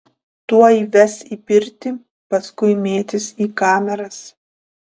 tuoj ves į pirtį paskui mėtys į kameras